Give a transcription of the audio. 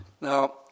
Now